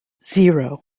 zero